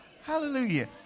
Hallelujah